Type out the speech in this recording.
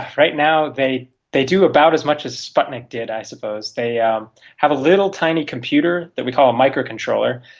right now they they do about as much as sputnik did i suppose. they um have a little tiny computer that we call a microcontroller,